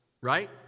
right